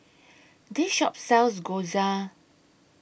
This Shop sells Gyoza